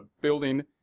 building